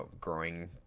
growing